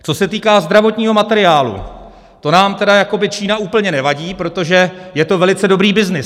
Co se týká zdravotního materiálu, to nám tedy Čína úplně nevadí, protože je to velice dobrý byznys.